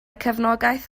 cefnogaeth